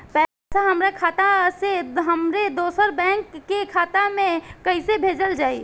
पैसा हमरा खाता से हमारे दोसर बैंक के खाता मे कैसे भेजल जायी?